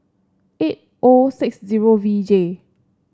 eight O six zero V J